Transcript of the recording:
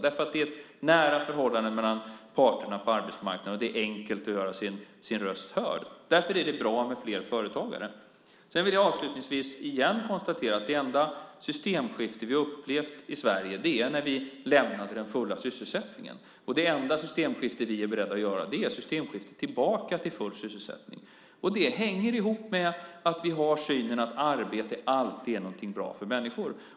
Det råder ett nära förhållande mellan parterna på arbetsmarknaden, och det är enkelt att göra sin röst hörd. Därför är det bra med fler företagare. Avslutningsvis vill jag igen konstatera att det enda systemskifte vi har upplevt i Sverige var när vi lämnade den fulla sysselsättningen. Det enda systemskifte vi är beredda att göra är systemskiftet tillbaka till full sysselsättning. Det hänger ihop med att vi har synen att arbete alltid är något bra för människor.